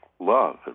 love